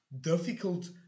difficult